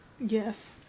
Yes